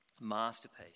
masterpiece